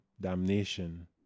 damnation